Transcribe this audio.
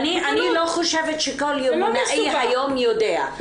אני לא חושבת שכל יומנאי היום יודע,